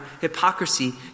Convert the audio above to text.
hypocrisy